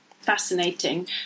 Fascinating